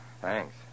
thanks